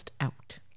out